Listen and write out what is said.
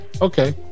Okay